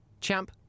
Champ